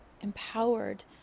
empowered